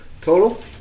Total